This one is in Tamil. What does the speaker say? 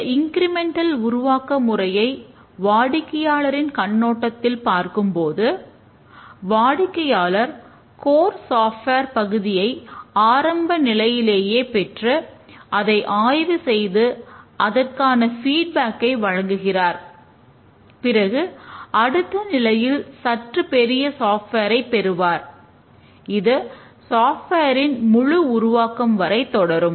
இந்த இன்கிரிமெண்டல் முழு உருவாக்கம் வரை தொடரும்